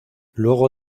luego